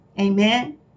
Amen